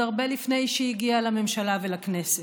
הרבה לפני שהיא הגיעה לממשלה ולכנסת.